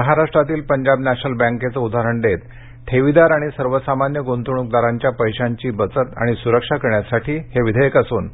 महाराष्ट्रातील पंजाब नेंशनल बँकेचे उदाहरण देत ठेवीदार आणि सर्वसामान्य गुंतवणूकदारांच्या पैशाची बचत आणि सुरक्षा करण्यासाठी हे विधेयक असून